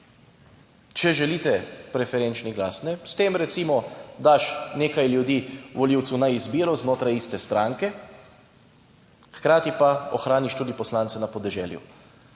Če želite preferenčni glas. S tem recimo daš nekaj ljudi volivcu na izbiro znotraj iste stranke, hkrati pa ohraniš tudi poslance na podeželju.